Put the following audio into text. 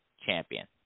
champion